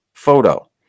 photo